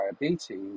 diabetes